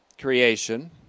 creation